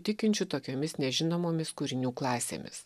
tikinčių tokiomis nežinomomis kūrinių klasėmis